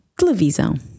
Televisão